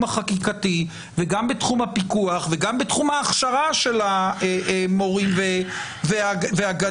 החקיקתי וגם בתחום הפיקוח וגם בתחום ההכשרה של המורים והגננות,